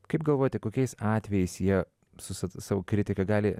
kaip galvojate kokiais atvejais jie su sa savo kritika gali